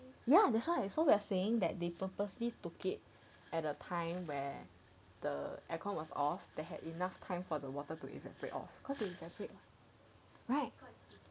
ya that's why so we're saying that they purposely took it at a time where the aircon was off that had enough time for the water to evaporate off cause if evaporate right